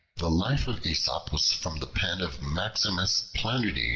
the life of aesop was from the pen of maximus planudes,